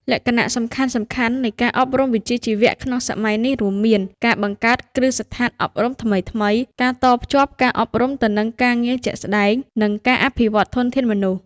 លក្ខណៈសំខាន់ៗនៃការអប់រំវិជ្ជាជីវៈក្នុងសម័យនេះរួមមាន ការបង្កើតគ្រឹះស្ថានអប់រំថ្មីៗ ការតភ្ជាប់ការអប់រំទៅនឹងការងារជាក់ស្តែង និងការអភិវឌ្ឍធនធានមនុស្ស។